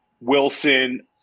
Wilson